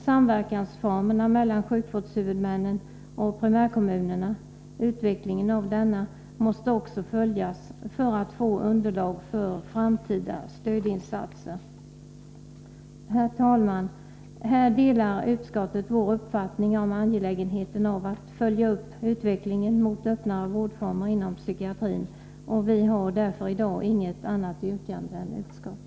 Hur formerna för samverkan mellan sjukvårdshuvudmännen och primärkommunerna utvecklas mås te också följas för att man skall få underlag för framtida stödinsatser. Herr talman! Utskottet delar vår uppfattning om angelägenheten att följa upp utvecklingen mot öppnare vårdformer inom psykiatrin. Vi har därför i dag inget annat yrkande än utskottets.